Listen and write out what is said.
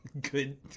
good